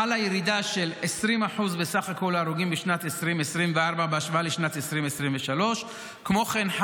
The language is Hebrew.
חלה ירידה של 20% בסך כל ההרוגים בשנת 2024 בהשוואה לשנת 2023. כמו כן,